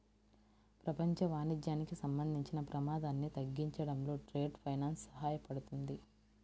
ప్రపంచ వాణిజ్యానికి సంబంధించిన ప్రమాదాన్ని తగ్గించడంలో ట్రేడ్ ఫైనాన్స్ సహాయపడుతుంది